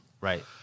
Right